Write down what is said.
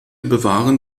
bewahren